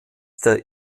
der